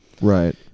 Right